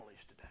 today